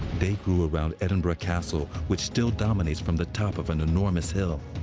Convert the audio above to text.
they grew around edinburgh castle, which still dominates from the top of an enormous hill.